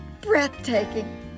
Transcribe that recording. Breathtaking